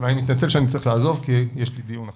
אני מתנצל שאני צריך לעזוב, כי יש לי דיון אחר.